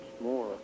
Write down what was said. more